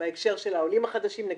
בהקשר של העולים החדשים נגיד,